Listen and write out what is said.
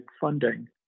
funding